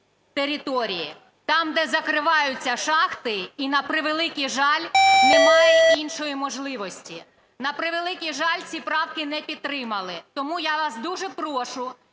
Тому я вас дуже прошу